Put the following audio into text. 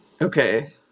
Okay